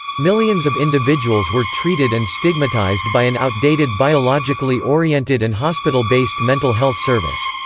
millions of individuals were treated and stigmatized by an outdated biologically oriented and hospital-based mental health service.